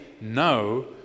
no